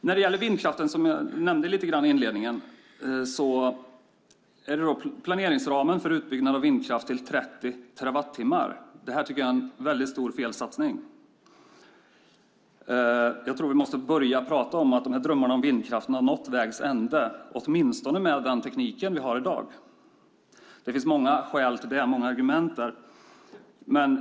När det gäller vindkraften, som jag nämnde lite grann i inledningen, är planeringsramen en utbyggnad av vindkraft till 30 terawattimmar. Det tycker jag är en mycket stor felsatsning. Jag tror vi måste börja tala om att drömmarna om vindkraften har nått vägs ände, åtminstone med den teknik vi har i dag. Det finns många skäl till det och många argument där.